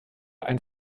ein